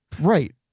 right